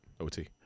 OT